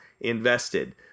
invested